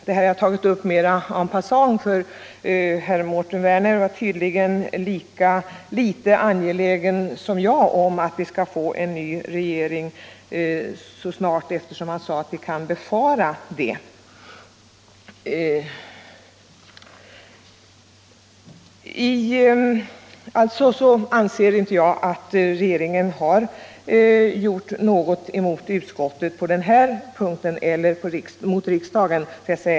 Mera en passant vill jag nämna att herr Werner i Malmö tydligen var lika litet angelägen som jag att vi skall få en ny regering, eftersom han sade ”att vi kunde befara en ny regering”. Jag anser inte att regeringen har gjort något fel på den här punkten.